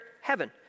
heaven